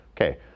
okay